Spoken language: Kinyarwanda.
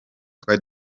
twari